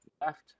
left